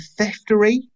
theftery